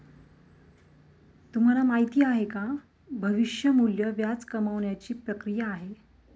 तुम्हाला माहिती आहे का? भविष्य मूल्य व्याज कमावण्याची ची प्रक्रिया आहे